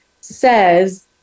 says